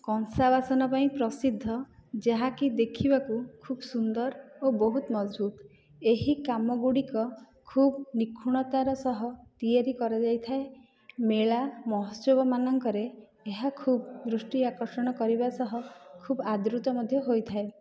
କଂସା ବାସନ ପାଇଁ ପ୍ରସିଦ୍ଧ ଯାହା କି ଦେଖିବାକୁ ଖୁବ୍ ସୁନ୍ଦର ଓ ବହୁତ ମଜବୁତ ଏହି କାମ ଗୁଡ଼ିକ ଖୁବ୍ ନିଖୁଣତାର ସହ ତିଆରି କରାଯାଇଥାଏ ମେଳା ମହୋତ୍ସବ ମାନଙ୍କରେ ଏହା ଖୁବ୍ ଦୃଷ୍ଟି ଆକର୍ଷଣ କରିବା ସହ ଖୁବ୍ ଆଦୃତ ମଧ୍ୟ ହୋଇଥାଏ